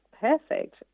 perfect